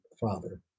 father